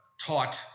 taught